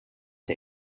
der